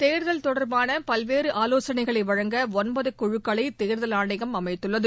தேர்தல் தொடர்பான பல்வேறு ஆலோசனைகளை வழங்க ஒன்பது குழுக்களை தேர்தல் ஆணையம் அமைத்துள்ளது